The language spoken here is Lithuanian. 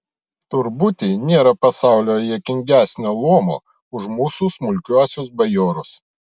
tur būti nėra pasaulyje juokingesnio luomo už mūsų smulkiuosius bajorus